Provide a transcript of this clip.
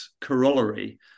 corollary